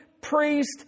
priest